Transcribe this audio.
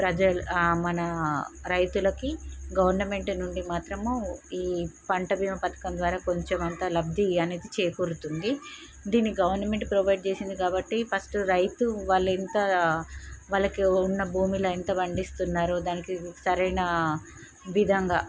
ప్రజలు మన రైతులకి గవర్నమెంట్ నుండి మాత్రము ఈ పంట భీమా పథకం ద్వారా కొంచెం అంత లబ్ది అనేది చేకూరుతుంది దీన్ని గవర్నమెంట్ ప్రొవైడ్ చేసింది కాబట్టి ఫస్ట్ రైతు వాళ్ళు ఎంత వాళ్ళకు ఉన్న భూమిలో ఎంత పండిస్తున్నారు దానికి సరైనా విధంగా